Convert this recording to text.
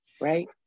Right